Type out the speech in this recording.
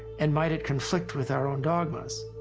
and might it conflict with our own dogmas?